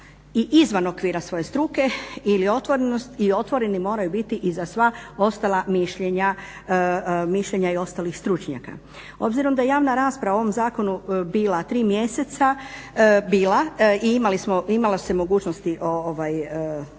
i izvan okvira svoje struke ili otvorenost, i otvoreni moraju biti i za sva ostala mišljenja, mišljenja i ostalih stručnjaka. Obzirom da je javna rasprava o ovom zakonu bila tri mjeseca, bila i imalo se mogućnosti reagirati.